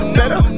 better